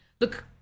look